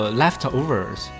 leftovers